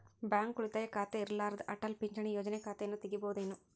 Bank ಉಳಿತಾಯ ಖಾತೆ ಇರ್ಲಾರ್ದ ಅಟಲ್ ಪಿಂಚಣಿ ಯೋಜನೆ ಖಾತೆಯನ್ನು ತೆಗಿಬಹುದೇನು?